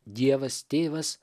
dievas tėvas